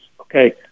okay